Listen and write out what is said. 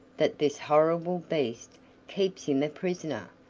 that this horrible beast keeps him a prisoner.